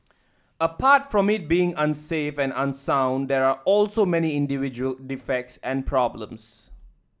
apart from it being unsafe and unsound there are also many individual defects and problems